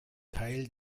teil